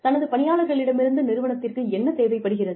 தனது பணியாளர்களிடமிருந்து நிறுவனத்திற்கு என்ன தேவைப்படுகிறது